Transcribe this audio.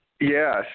Yes